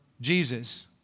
Jesus